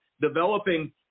developing